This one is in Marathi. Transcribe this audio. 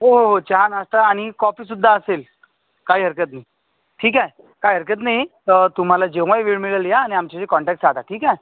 हो हो हो चहा नाश्ता आणि कॉपीसुद्धा असेल काही हरकत नाही ठीक आहे काय हरकत नाही तुम्हाला जेव्हाही वेळ मिळेल या आणि आमच्याशी कॉन्टॅक साधा ठीक आहे